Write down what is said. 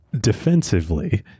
defensively